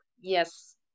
yes